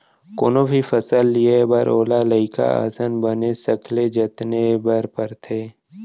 कोनो भी फसल लिये बर ओला लइका असन बनेच सखले जतने बर परथे